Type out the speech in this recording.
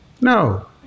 No